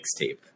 mixtape